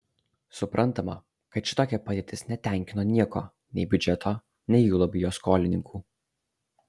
suprantama kad šitokia padėtis netenkino nieko nei biudžeto nei juolab jo skolininkų